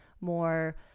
more